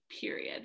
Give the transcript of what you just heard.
period